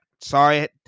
Sorry